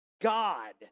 God